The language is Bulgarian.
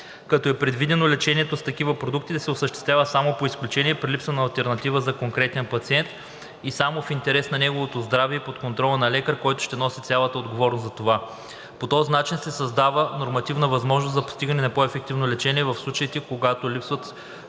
като е предвидено лечението с такива продукти да се осъществява само по изключение, при липса на алтернатива за конкретен пациент и само в интерес на неговото здраве и под контрола на лекар, който ще носи цялата отговорност за това. По този начин се създава нормативна възможност за постигане на по-ефективно лечение в случаите, когато липсват